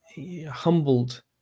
humbled